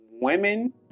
women